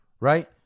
Right